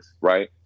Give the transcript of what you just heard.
right